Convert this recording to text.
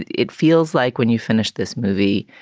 it feels like when you finish this movie,